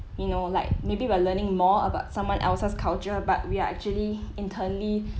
you know like maybe we're learning more about someone else's culture but we're actually internally